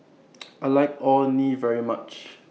I like Orh Nee very much